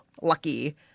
lucky